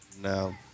No